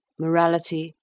morality,